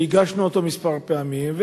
שהגשנו אותו כמה פעמים,